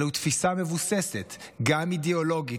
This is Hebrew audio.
אלא הוא תפיסה מבוססת גם אידיאולוגית